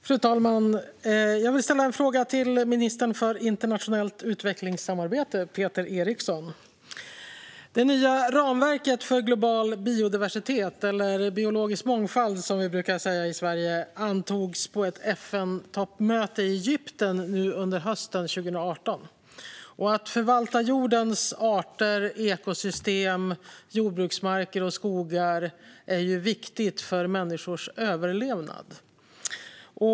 Fru talman! Jag vill ställa en fråga till ministern för internationellt utvecklingssamarbete, Peter Eriksson. Det nya ramverket för global biodiversitet - eller biologisk mångfald, som vi brukar säga i Sverige - antogs på ett FN-toppmöte i Egypten under hösten 2018. Att förvalta jordens arter, ekosystem, jordbruksmarker och skogar är viktigt för människors överlevnad.